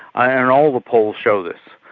and all the polls show this.